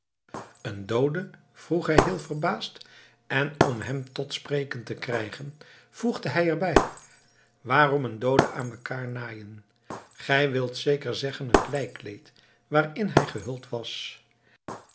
een doode vroeg hij heel verbaasd en om hem tot spreken te krijgen voegde hij er bij waarom een doode aan mekaar naaien gij wilt zeker zeggen het lijkkleed waarin hij gehuld was